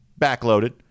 backloaded